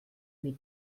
mit